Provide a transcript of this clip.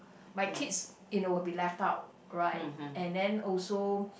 my kids you know will be left out right and then also